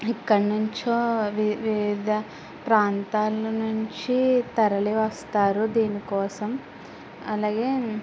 ఎక్కడ నుంచో విధ ప్రాంతాల నుంచి తరలి వస్తారు దీని కోసం అలాగే